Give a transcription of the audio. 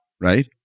Right